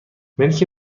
ملک